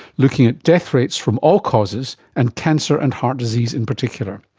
looking at death rates from all causes and cancer and heart disease in particular.